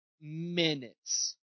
minutes